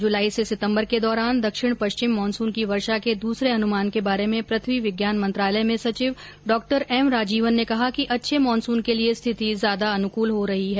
जुलाई से सितम्बर के दौरान दक्षिण पश्चिम मानसून की वर्षा के दूसरे अनुमान के बारे में पृथ्वी विज्ञान मंत्रालय में सचिव डॉक्टर एम राजीवन ने कहा कि अच्छे मानसून के लिए स्थिति ज्यादा अनुकूल हो रही है